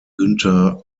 günter